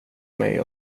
mig